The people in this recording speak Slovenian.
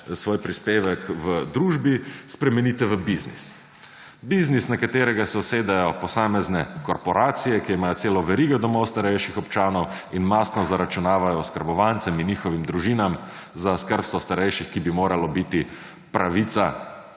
svoj prispevek v družbi spremenite v biznis, biznis, na katerega se usedejo posamezne korporacije, ki imajo celo verigo domov starejših občanov in mastno zaračunavajo oskrbovancem in njihovim družinam za skrbstvo starejših, ki bi moralo biti pravica